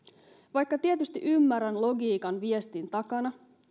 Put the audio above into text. vaikka tietysti ymmärrän logiikan viestin takana